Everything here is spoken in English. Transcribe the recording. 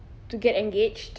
to to get engaged